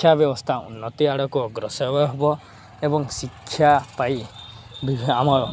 ଶିକ୍ଷା ବ୍ୟବସ୍ଥା ଉନ୍ନତି ଆଡ଼କ ଅଗ୍ରସର ହବ ଏବଂ ଶିକ୍ଷା ପାଇ ଆମର